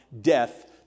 death